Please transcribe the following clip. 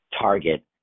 target